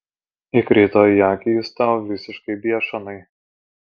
įkrito į akį jis tau visiškai biešanai